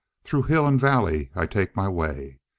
through hill and valley i take my way.